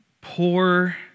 poor